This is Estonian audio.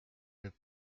nüüd